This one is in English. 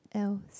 else